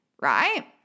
right